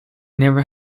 never